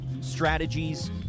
strategies